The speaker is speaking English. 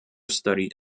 studied